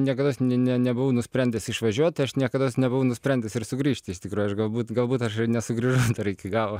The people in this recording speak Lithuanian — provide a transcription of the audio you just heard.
niekados ne ne nebuvau nusprendęs išvažiuot tai aš niekados nebuvau nusprendęs ir sugrįžti iš tikrųjų aš galbūt galbūt aš nesugrįžau iki galo